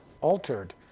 altered